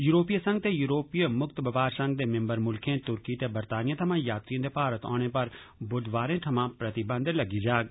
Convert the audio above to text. यूरोपीय संघ ते यूरोपीय मुक्त बपार संघ दे मिम्बर मुल्खें तुर्की ते बरतानिया थमां यात्रियें दे भारत औन पर बुधवारें थमां प्रतिबंध लग्गी जाग